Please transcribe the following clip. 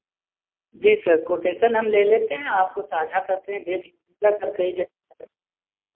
जी sir quotation हम ले लेते हैं आपको साझा करते हैं देख लीजिएगा सर कई जगह